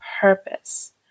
purpose